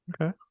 Okay